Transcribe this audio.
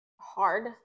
hard